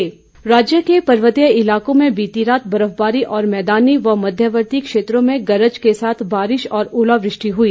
मौसम राज्य के पर्वतीय इलाकों में बीती रात बर्फबारी और मैदानी व मध्यवर्ती क्षेत्रों में गरज के साथ बारिश तथा ओलावृष्टि हुई